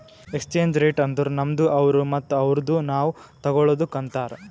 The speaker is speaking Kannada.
ಎಕ್ಸ್ಚೇಂಜ್ ರೇಟ್ ಅಂದುರ್ ನಮ್ದು ಅವ್ರು ಮತ್ತ ಅವ್ರುದು ನಾವ್ ತಗೊಳದುಕ್ ಅಂತಾರ್